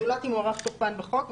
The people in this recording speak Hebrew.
זולת אם הוארך תוקפן בחוק.